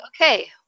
okay